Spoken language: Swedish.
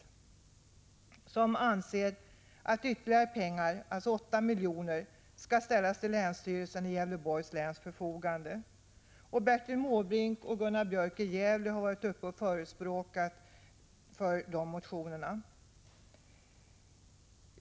Enligt dessa motioner bör ytterligare medel, 8 milj.kr., ställas till länsstyrelsens i Gävleborgs län förfogande. Bertil Måbrink och Gunnar Björk i Gävle har varit uppe och talat för motionerna.